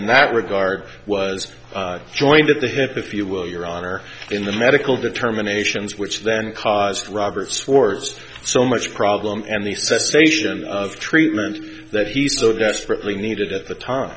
in that regard was joined at the hip if you will your honor in the medical determinations which then caused robert's words so much problem and the cessation of treatment that he so desperately needed at the time